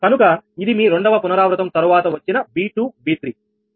కనుక ఇది మీ రెండవ పునరావృతం తరువాత వచ్చిన V2 V3